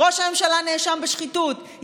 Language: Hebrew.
ראש הממשלה נאשם בשחיתות,